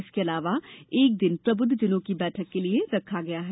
इसके अलावा एक दिन प्रबुद्ध जनों की बैठक के लिए रखा गया है